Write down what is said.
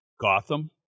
Gotham